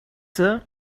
sir